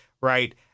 right